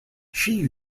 shi